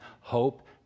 hope